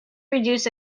reduce